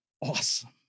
awesome